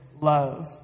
love